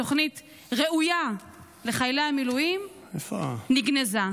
תוכנית ראויה לחיילי המילואים נגנזה.